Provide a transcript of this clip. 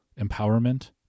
empowerment